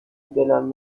دلم